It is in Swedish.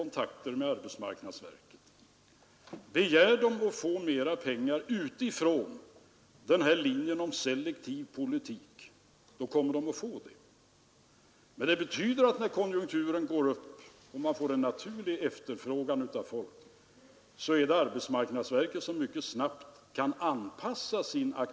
Nu skulle det här förslaget ut till en diskussion på stämmorna. Men så kommer ett intressant inslag: medlemmarna skall inte få veta vilka de här 13 enheterna är som skall försvinna.